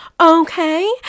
okay